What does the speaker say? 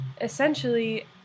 Essentially